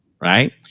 right